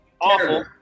awful